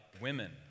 women